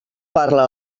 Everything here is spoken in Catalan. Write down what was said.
parla